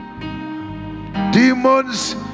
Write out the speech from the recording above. demons